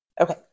Okay